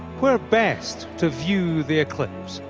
where best to view the eclipse?